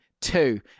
two